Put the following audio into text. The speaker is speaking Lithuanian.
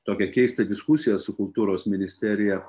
tokią keistą diskusiją su kultūros ministerija